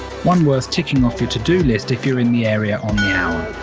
one worth ticking off your to-do list if you're in the area on yeah